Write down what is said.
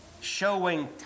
Showing